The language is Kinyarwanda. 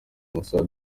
musore